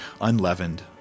unleavened